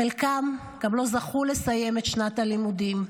חלקם גם לא זכו לסיים את שנת הלימודים,